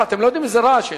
אתם לא יודעים איזה רעש כך.